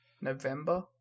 November